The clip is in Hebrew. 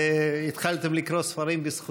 התחלנו לקרוא ספרים בגללך, או בזכותך.